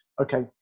okay